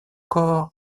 cor